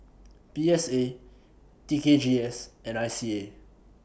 P S A T K G S and I C A